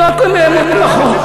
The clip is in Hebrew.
היה צריך להיות, נכון.